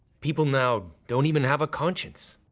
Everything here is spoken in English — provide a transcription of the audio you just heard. people now don't even have a conscience.